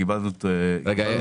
קיבלנו את התגובות.